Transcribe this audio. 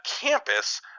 campus